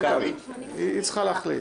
היא צריכה להחליט.